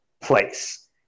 place